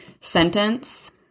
sentence